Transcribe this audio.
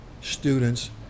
students